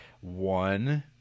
one